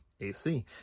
AC